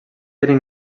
tenir